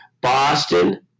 Boston